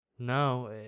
no